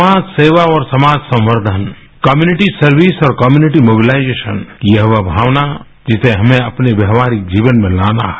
समाज सेवा और समाज संवर्धन कम्युनिटी सर्विस और कम्यूनिटी मोबलाइजेशन यह वो भावना जिसे हमें अपने व्यवाहारिक जीवन में लाना है